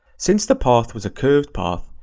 since the path was a curved path,